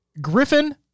griffin